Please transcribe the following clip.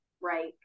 right